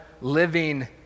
living